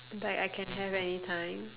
like I can have any time